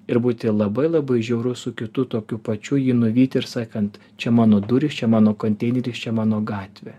ir būti labai labai žiaurus su kiti tokiu pačiu jį nuvyti ir sakant čia mano du čia mano konteineris čia mano gatvė